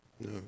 No